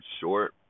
short